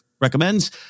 recommends